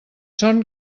son